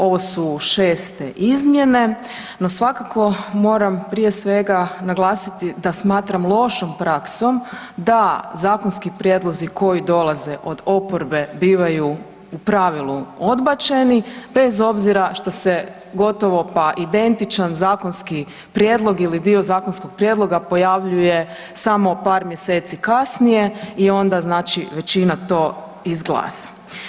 Ovo su šeste izmjene, no svakako moram prije svega naglasiti da smatram lošom praksom da zakonski prijedlozi koji dolaze od oporbe bivaju u pravilu odbačeni bez obzira što se gotovo pa identičan zakonski prijedlog ili dio zakonskog prijedloga pojavljuje samo par mjeseci kasnije i onda znači većina to izglasa.